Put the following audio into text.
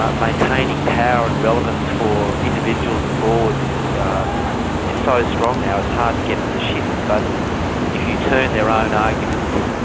ah maintaining power and relevance for individuals and boards is so strong now, it's hard to get them to shift. but if you turn their own arguments,